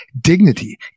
dignity